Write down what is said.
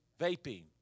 vaping